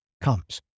comes